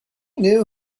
knew